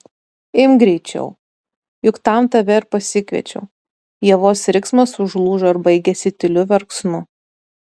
imk greičiau juk tam tave ir pasikviečiau ievos riksmas užlūžo ir baigėsi tyliu verksmu